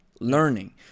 learning